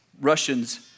Russians